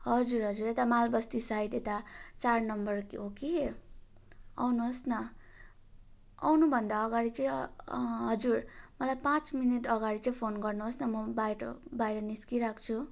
हजुर हजुर यता माल बस्ती साइड यता चार नम्बर हो कि आउनु होस् न आउनु भन्दा अगाडि चाहिँ हजुर मलाई पाँच मिनट अगाडि चाहिँ फोन गर्नु होस् न म बाहिर बाहिर निस्किराख्छु